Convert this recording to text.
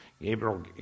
Gabriel